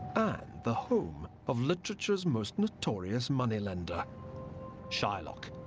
and the home of literature's most notorious moneylender shylock,